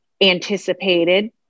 anticipated